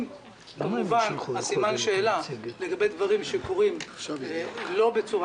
כמובן עם סימן השאלה לגבי דברים שקורים לא בצורה